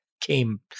came